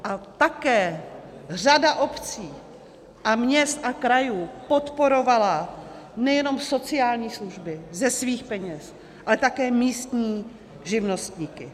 A také řada obcí a měst a krajů podporovala nejenom sociální služby ze svých peněz, ale také místní živnostníky.